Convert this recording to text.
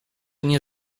nie